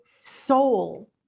soul